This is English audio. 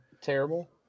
terrible